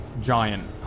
giant